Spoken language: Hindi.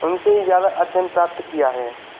उनसे ही ज़्यादा अध्ययन प्राप्त किया है